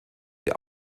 die